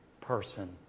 person